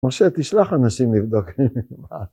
משה, תשלח אנשים לבדוק.